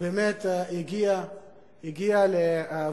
באמת הגיע לוועדה,